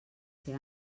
ser